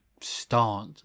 start